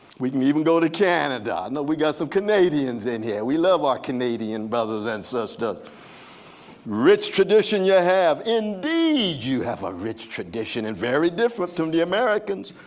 we can even go to canada i know we got some canadians in here. we love our canadians brothers and sisters. rich tradition you have, indeed you have a rich tradition and very different from the americans.